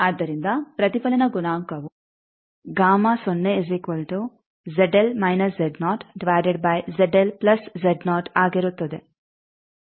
ಆದ್ದರಿಂದ ಪ್ರತಿಫಲನ ಗುಣಾಂಕವು ಆಗಿರುತ್ತದೆ